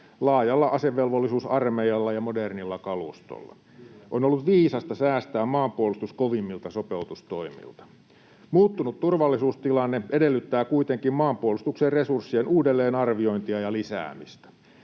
laajalla asevelvollisuusarmeijalla ja modernilla kalustolla. On ollut viisasta säästää maanpuolustus kovimmilta sopeutustoimilta. Muuttunut turvallisuustilanne edellyttää kuitenkin maanpuolustuksen resurssien uudelleenarviointia ja lisäämistä.